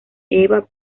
eva